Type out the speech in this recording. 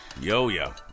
Yo-yo